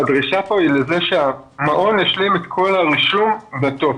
הדרישה היא פה שהמעון ישלים את כל הרישום בטופס,